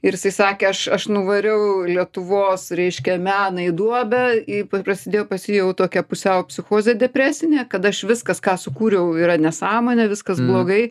ir jisai sakė aš aš nuvariau lietuvos reiškia meną į duobę į prasidėjo pas jį jau tokia pusiau psichozė depresinė kad aš viskas ką sukūriau yra nesąmonė viskas blogai